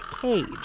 cage